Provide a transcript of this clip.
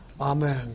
Amen